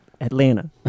Atlanta